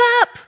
up